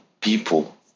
people